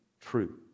true